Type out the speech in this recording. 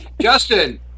Justin